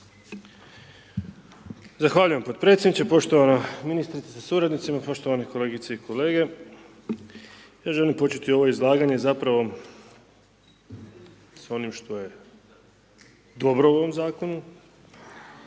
Zahvaljujem podpredsjedniče, poštovana ministrice sa suradnicima, poštovane kolegice i kolege, ja želim početi ovo izlaganje zapravo s onim što je dobro u ovom zakonu,